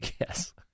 Yes